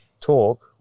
talk